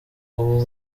ubu